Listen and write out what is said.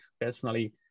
personally